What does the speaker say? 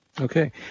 Okay